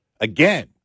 again